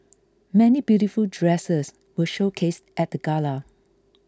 many beautiful dresses were showcased at the gala